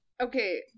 Okay